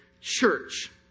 church